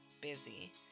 busy